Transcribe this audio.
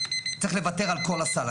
צריך לוותר על כל הסל,